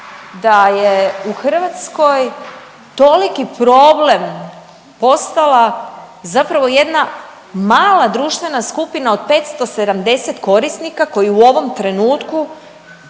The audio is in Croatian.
da je u Hrvatskoj toliki problem postala zapravo jedna mala društvena skupina od 570 korisnika koji u ovom trenutku